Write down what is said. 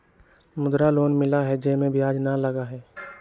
मुद्रा लोन मिलहई जे में ब्याज न लगहई?